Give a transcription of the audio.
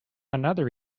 another